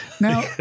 Now